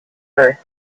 earth